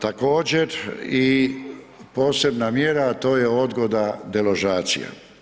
Također i posebna mjera, a to je odgoda deložacija.